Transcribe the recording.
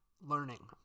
learning